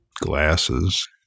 glasses